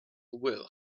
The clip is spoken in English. will